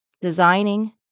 Designing